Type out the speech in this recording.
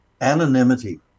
anonymity